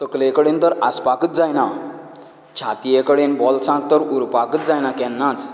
तकले कडेन तर आसपाकच जायना छातये कडेन बोल्सांत तर उरपाकच जायना केन्नाच